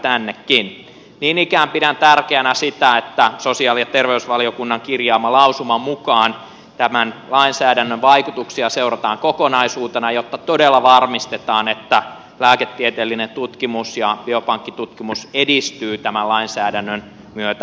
niin ikään pidän tärkeänä sitä että sosiaali ja terveysvaliokunnan kirjaaman lausuman mukaan tämän lainsäädännön vaikutuksia seurataan kokonaisuutena jotta todella varmistetaan että lääketieteellinen tutkimus ja biopankkitutkimus edistyy tämän lainsäädännön myötä eikä vaikeudu